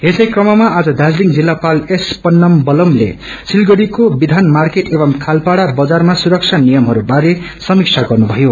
यसै क्रममा आज दाज्रीलिङ जिल्लापाल एस फन्नमकलमले सिलगड़ीको विधान मार्केट एवं खालपाड़ा बजारमा सुरक्षा नियमहरू बारे समीक्षा गर्नुभयो